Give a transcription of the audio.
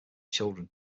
children